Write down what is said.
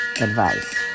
advice